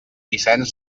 vicenç